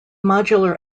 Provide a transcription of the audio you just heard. modular